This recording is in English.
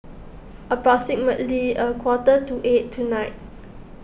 approximately a quarter to eight tonight